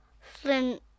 Flint